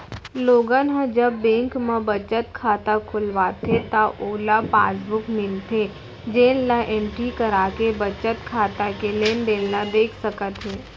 लोगन ह जब बेंक म बचत खाता खोलवाथे त ओला पासबुक मिलथे जेन ल एंटरी कराके बचत खाता के लेनदेन ल देख सकत हे